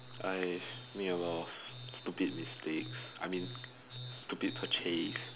I made a lot of stupid mistakes I mean stupid purchase